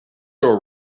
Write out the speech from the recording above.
all